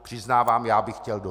Přiznávám, já bych chtěl domů.